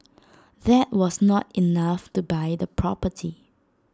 that was not enough to buy the property